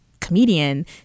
comedian